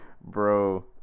bro